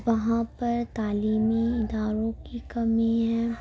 وہاں پر تعلیمی اداروں کی کمی ہے